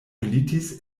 glitis